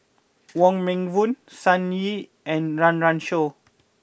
Wong Meng Voon Sun Yee and Run Run Shaw